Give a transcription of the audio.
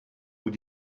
über